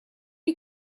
you